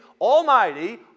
almighty